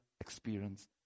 experience